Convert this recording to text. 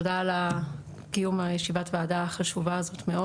תודה על קיום ישיבת הוועדה החשובה מאוד.